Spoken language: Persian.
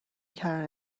کردن